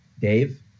Dave